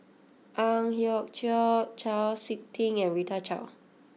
Ang Hiong Chiok Chau Sik Ting and Rita Chao